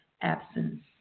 absence